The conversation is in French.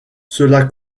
cela